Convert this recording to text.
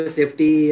safety